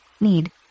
need